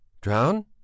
Drown